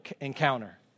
encounter